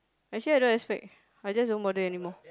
actually I don't expect I just don't bother anymore